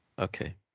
okay